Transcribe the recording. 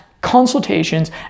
consultations